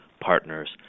partners